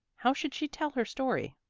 how should she tell her story?